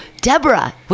Deborah